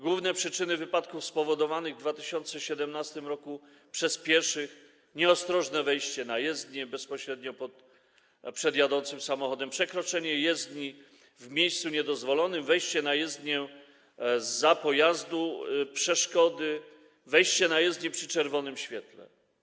Główne przyczyny wypadków spowodowanych w 2017 r. przez pieszych to: nieostrożne wejście na jezdnię bezpośrednio przed jadącym samochodem, przekroczenie jezdni w miejscu niedozwolonym, wejście na jezdnię zza pojazdu, przeszkody, wejście na jezdnię na czerwonym świetle.